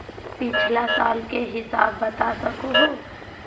पिछला साल के हिसाब बता सको हो?